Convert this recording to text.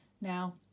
Now